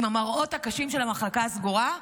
עם המראות הקשים של המחלקה הסגורה,